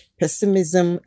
pessimism